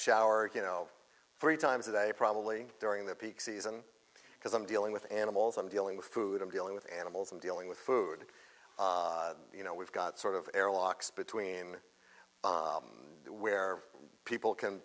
showered you know three times a day probably during the peak season because i'm dealing with animals i'm dealing with food i'm dealing with animals i'm dealing with food you know we've got sort of airlocks between where people can